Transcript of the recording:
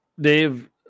Dave